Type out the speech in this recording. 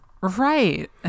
Right